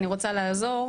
אני רוצה לעזור.